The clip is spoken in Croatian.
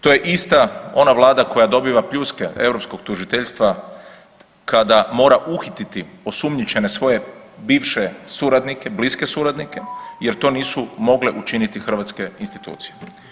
To je ista ona Vlada koja dobiva pljuske europskog tužiteljstva kada mora uhititi osumnjičene svoje bivše suradnike, bliske suradnike jer to nisu mogle učiniti hrvatske institucije.